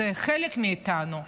זה חלק מאיתנו.